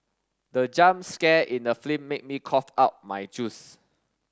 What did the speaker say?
the jump scare in the film made me cough out my juice